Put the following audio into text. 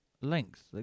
length